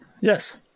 Yes